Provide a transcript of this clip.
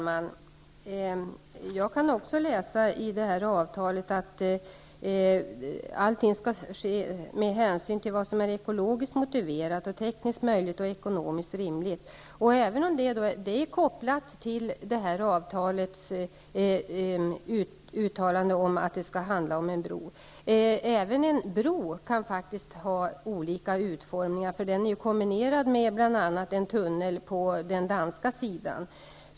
Fru talman! Också jag kan läsa ur avtalet. Där står att allting skall ske med hänsyn till vad som är ekologiskt motiverat, tekniskt möjligt och ekonomiskt rimligt. Det är kopplat till att det skall handla om en bro. Även en bro kan faktiskt få olika utformning. Den skall ju bl.a. vara kombinerad med en tunnel på den danska sidan.